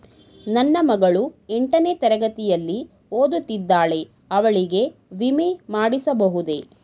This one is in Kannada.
ನನ್ನ ಮಗಳು ಎಂಟನೇ ತರಗತಿಯಲ್ಲಿ ಓದುತ್ತಿದ್ದಾಳೆ ಅವಳಿಗೆ ವಿಮೆ ಮಾಡಿಸಬಹುದೇ?